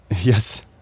yes